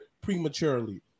prematurely